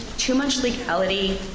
too much legality,